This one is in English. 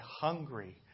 hungry